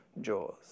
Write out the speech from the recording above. jaws